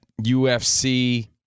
UFC